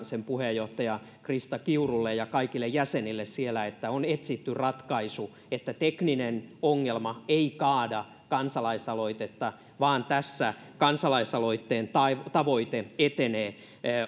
sen puheenjohtajalle krista kiurulle ja kaikille jäsenille siellä että on etsitty sellainen ratkaisu että tekninen ongelma ei kaada kansalaisaloitetta vaan tässä kansalaisaloitteen tavoite etenee